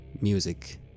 music